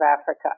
Africa